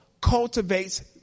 cultivates